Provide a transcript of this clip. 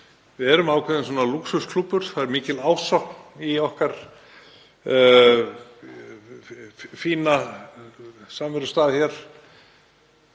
Við erum ákveðinn svona lúxusklúbbur, það er mikil ásókn í okkar fína samverustað hér.